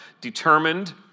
determined